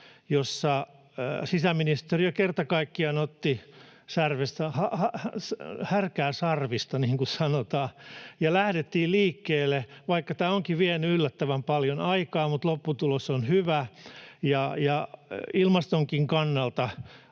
jossa sisäministeriö kerta kaikkiaan otti härkää sarvista, niin kuin sanotaan, ja lähdettiin liikkeelle — vaikka tämä onkin vienyt yllättävän paljon aikaa, niin lopputulos on hyvä, ja ilmastonkin kannalta